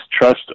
trust